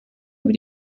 über